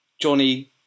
Johnny